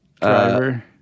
Driver